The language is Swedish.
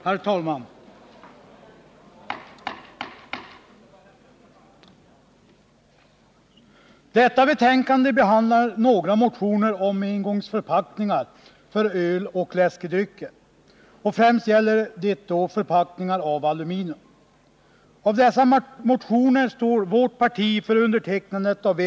Herr talman! Detta betänkande behandlar några motioner om engångs Vissa engångsförpackningar för öl och läskedrycker, och främst gäller det förpackningar av förpackningar för aluminium. Av dessa motioner står vårt parti för undertecknandet av en, 3!